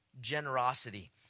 Generosity